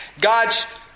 God's